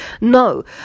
No